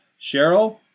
Cheryl